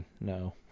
no